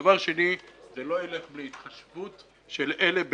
דבר שני, זה לא ילך בלי התחשבות של אלה באלה.